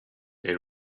they